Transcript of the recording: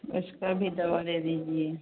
उसका भी दवा दे दीजिए